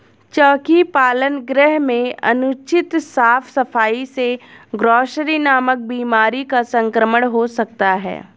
चोकी पालन गृह में अनुचित साफ सफाई से ग्रॉसरी नामक बीमारी का संक्रमण हो सकता है